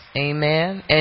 amen